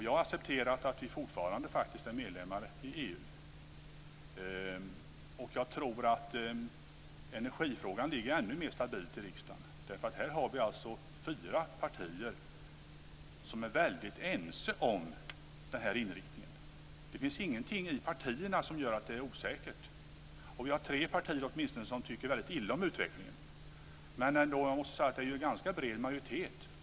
Jag har accepterat att vi fortfarande faktiskt är medlemmar i EU, och jag tror att energifrågan ligger ännu mer stabilt i riksdagen, eftersom vi har fyra partier som är väldigt ense om den här inriktningen. Det finns ingenting i partierna som gör att det är osäkert. Och vi har åtminstone tre partier som tycker väldigt illa om utvecklingen. Men jag måste ändå säga att det finns en ganska bred majoritet.